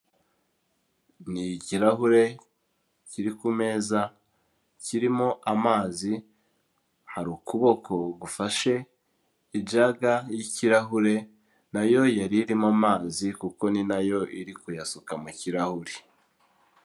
Ni ikirahure kiri ku meza kirimo amazi, hari ukuboko gufashe ijaga y'ikirahure nayo yari irimo amazi kuko ni nayo iri kuyasuka mu kirahure.